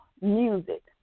music